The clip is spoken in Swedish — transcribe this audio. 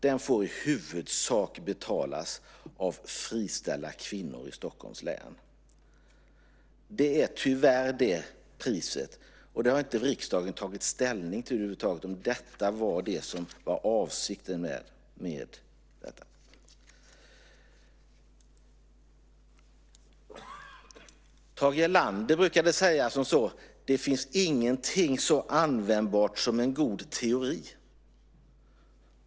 Det får i huvudsak betalas av friställda kvinnor i Stockholms län. Det är tyvärr priset. Riksdagen har över huvud taget inte tagit ställning till om detta var avsikten. Tage Erlander brukade säga: Det finns ingenting så användbart som en god teori.